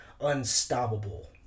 unstoppable